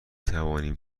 توانیم